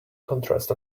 contrast